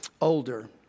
older